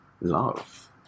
love